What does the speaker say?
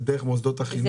זה דרך מוסדות החינוך.